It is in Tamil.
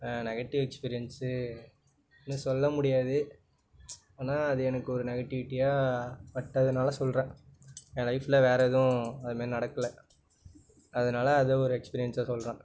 நெகட்டிவ் எக்ஸ்பீரியன்ஸுன்னு சொல்ல முடியாது ஆனால் அது எனக்கு ஒரு நெகட்டிவிட்டியாக பட்டதுனால் சொல்கிறேன் என் லைஃப்பில் வேறே எதுவும் அதுமாரி நடக்கல அதனால் அதை ஒரு எக்ஸ்பீரியன்ஸாக சொல்கிறேன்